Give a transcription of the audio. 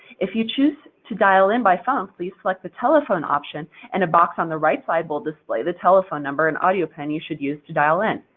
if you choose to dial in by phone please select the telephone option and a box on the right side will display the telephone number and audio pin you should use to dial in.